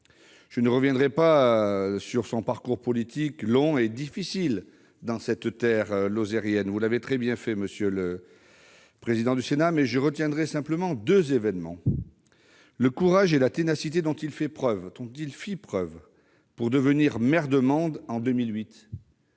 Je ne reviendrai pas sur son parcours politique, long et difficile dans cette terre lozérienne- vous l'avez très bien fait, monsieur le président -, mais je retiendrai deux événements. Tout d'abord, le courage et la ténacité dont il fit preuve pour devenir maire de Mende en 2008.